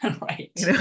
right